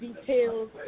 details